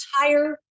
entire